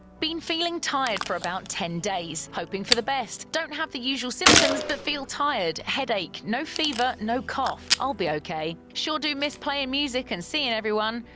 been feeling tired for about ten days! hoping for the best. don't have the usual symptoms but feel tired, headache, no fever no cough! i'll be ok. sure do miss playin' music and seein' everyone!